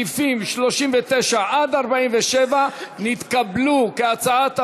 סעיפים 39 47 נתקבלו, כהצעת הוועדה,